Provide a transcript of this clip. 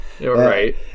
right